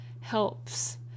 helps